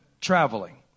traveling